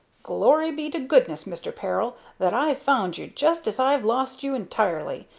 glory be to goodness, mister peril, that i've found you just as i'd lost you entirely,